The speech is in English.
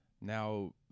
now